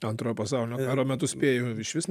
antrojo pasaulinio karo metu spėju išvis ne